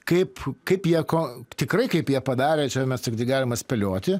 kaip kaip jie ko tikrai kaip jie padarė čia mes tiktai galima spėlioti